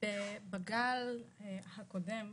בגל הקודם,